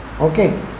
okay